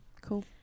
Cool